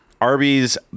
Arby's